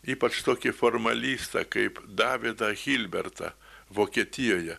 ypač tokį formalistą kaip davidą gilbertą vokietijoje